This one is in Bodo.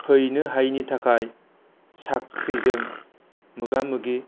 हैनो हायैनि थाखाय साख्रिजों मोगा मोगि